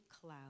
cloud